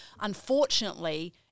unfortunately